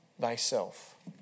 thyself